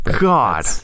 God